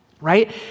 right